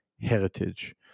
heritage